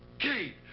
kate,